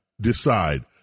decide